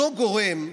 אותו גורם,